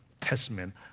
Testament